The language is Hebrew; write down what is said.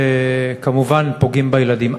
שכמובן פוגעים בילדים.